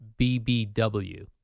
BBW